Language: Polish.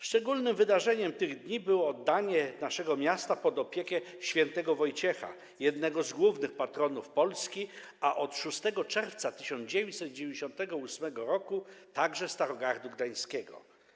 Szczególnym wydarzeniem tych dni było oddanie naszego miasta pod opiekę św. Wojciecha, jednego z głównych patronów Polski, a od 6 czerwca 1998 r. - także Starogardu Gdańskiego.